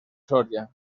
soria